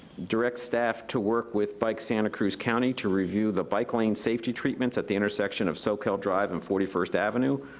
direct staff to work with bike santa cruz county to review the bike lane safety treatments at the intersection of soquel drive and forty first avenue,